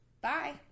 Bye